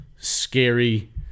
scary